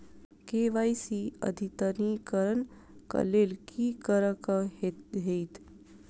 KYC अद्यतनीकरण कऽ लेल की करऽ कऽ हेतइ?